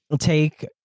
take